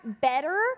better